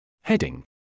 Heading